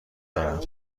دارم